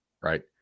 right